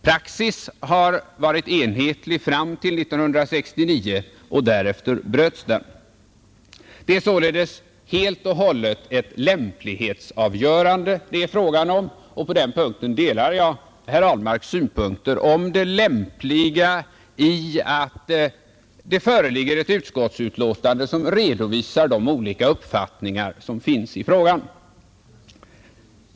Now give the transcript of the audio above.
Praxis har varit enhetlig fram till 1969, och därefter bröts den. Det är således helt och hållet fråga om ett lämplighetsavgörande, och på den punkten delar jag herr Ahlmarks synpunkter om det lämpliga i att det föreligger ett utskottsutlåtande som redovisar de olika uppfattningar som finns i frågan.